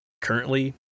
currently